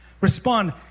Respond